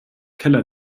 keller